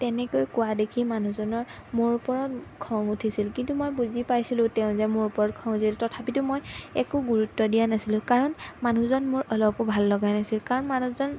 তেনেকৈ কোৱা দেখি মানুহজনৰ মোৰ ওপৰত খং উঠিছিল কিন্তু মই বুজি পাইছিলোঁ তেওঁ যে মোৰ ওপৰত খং উঠিছিল তথাপিতো মই একো গুৰুত্ব দিয়া নাছিলোঁ কাৰণ মানুহজন মোৰ অলপো ভাল লগা নাছিল কাৰণ মানুহজন